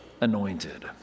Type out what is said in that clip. anointed